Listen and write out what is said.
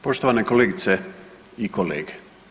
Poštovane kolegice i kolege.